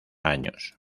años